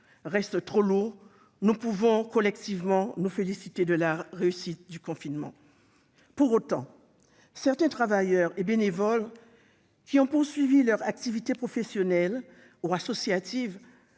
reste trop lourd, nous pouvons collectivement nous féliciter de la réussite de ce confinement. Pour autant, certains travailleurs et bénévoles ayant poursuivi leurs activités professionnelles ou associatives